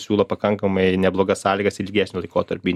siūlo pakankamai neblogas sąlygas ilgesnio laikotarpį